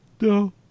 No